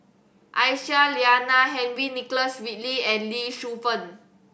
Aisyah Lyana Henry Nicholas Ridley and Lee Shu Fen